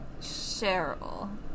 Cheryl